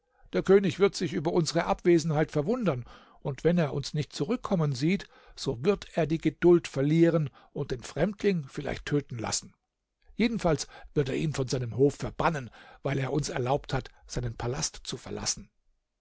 der könig wird sich über unsere abwesenheit verwundern und wenn er uns nicht zurückkommen sieht so wird er die geduld verlieren und den fremdling vielleicht töten lassen jedenfalls wird er ihn von seinem hof verbannen weil er uns erlaubt hat seinen palast zu verlassen